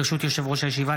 ברשות יושב-ראש הישיבה,